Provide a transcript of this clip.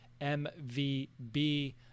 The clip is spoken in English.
MVB